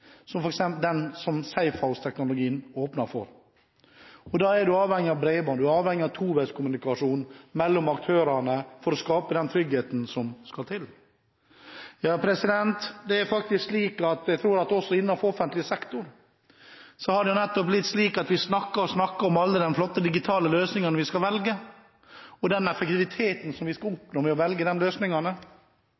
i bruk den framtidige teknologien i omsorgssektoren, den som f.eks. Safehouse-teknologien åpner for. Da er man avhengig av bredbånd, man er avhengig av toveiskommunikasjon mellom aktørene for å skape den tryggheten som skal til. Jeg tror at det også innenfor offentlig sektor har blitt slik at man snakker og snakker om alle de flotte digitale løsningene man skal velge – og den effektiviteten man skal oppnå ved å velge de løsningene. Det eneste det medfører, er enda flere ansatte, og vi